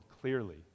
clearly